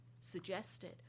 suggested